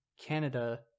Canada